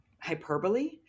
hyperbole